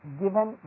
given